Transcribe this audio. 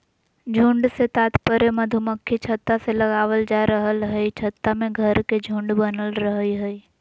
झुंड से तात्पर्य मधुमक्खी छत्ता से लगावल जा रहल हई छत्ता में घर के झुंड बनल रहई हई